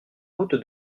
route